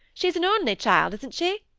she's an only child, isn't she?